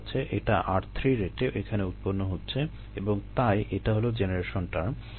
এটা r3 রেটে এখানে উৎপন্ন হচ্ছে এবং তাই এটা হলো জেনারেশন টার্ম